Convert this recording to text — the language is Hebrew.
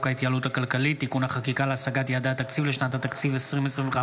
ההתייעלות הכלכלית (תיקוני חקיקה להשגת יעדי התקציב לשנת התקציב 2025)